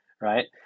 Right